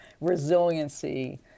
resiliency